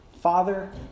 Father